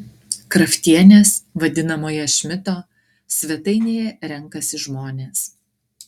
kraftienės vadinamoje šmito svetainėje renkasi žmonės